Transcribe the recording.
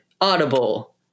Audible